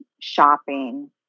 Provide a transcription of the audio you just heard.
shopping